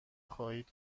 خواهید